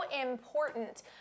important